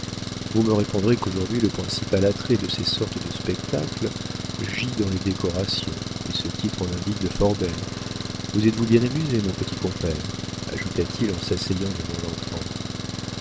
vous me répondrez qu'aujourd'hui le principal attrait de ces sortes de spectacles gît dans les décorations et ce titre en indique de fort belles vous êtes-vous bien amusé mon petit compère ajouta-t-il en s'asseyant devant l'enfant